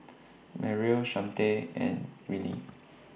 Merrill Shawnte and Wiley